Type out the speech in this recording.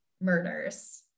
murders